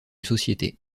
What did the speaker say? société